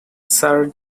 sir